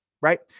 Right